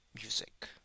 music